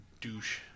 douche